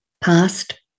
past